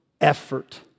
effort